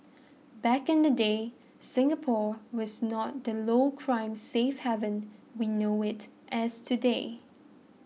back in the day Singapore was not the low crime safe haven we know it as today